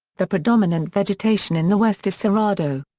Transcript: the predominant vegetation in the west is cerrado.